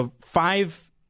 five